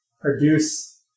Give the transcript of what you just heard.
produce